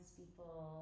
people